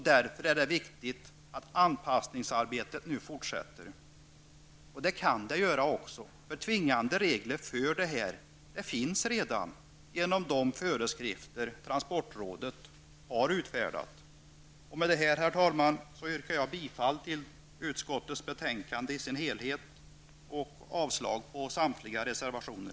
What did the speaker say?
Därför är det viktigt att anpassningsarbetet nu fortsätter. Det kan det göra också, för tvingande regler för detta finns redan genom de föreskrifter som transportrådet har utfärdat. Med detta, herr talman, yrkar jag bifall till utskottets hemställan i dess helhet och avslag på samtliga reservationer.